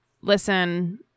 listen